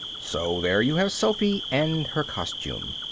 so there you have sophy and her costume.